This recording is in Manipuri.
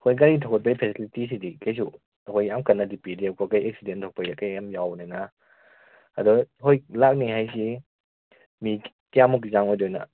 ꯍꯣꯏ ꯒꯥꯔꯤꯒꯤ ꯊꯧꯒꯠꯄꯒꯤ ꯐꯦꯁꯤꯂꯤꯇꯤꯗꯤ ꯀꯩꯁꯨ ꯑꯩꯈꯣꯏ ꯌꯥꯝ ꯀꯟꯅꯗꯤ ꯄꯤꯗꯦꯕꯀꯣ ꯑꯦꯛꯁꯤꯗꯦꯟ ꯊꯣꯛꯄ ꯌꯥꯝ ꯌꯧꯕꯅꯤꯅ ꯑꯗꯣ ꯍꯣꯏ ꯂꯥꯛꯅꯕꯒꯤ ꯃꯤ ꯀꯌꯥꯃꯨꯛ ꯌꯥꯝꯒꯗꯣꯏꯅꯣ